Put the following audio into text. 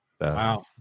wow